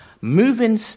moving